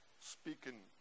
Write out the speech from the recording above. Speaking